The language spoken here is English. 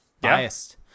Biased